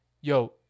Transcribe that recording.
yo